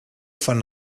von